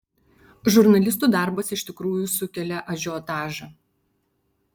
žurnalistų darbas iš tikrųjų sukelia ažiotažą